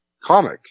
comic